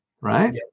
Right